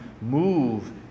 move